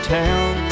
town